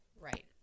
Right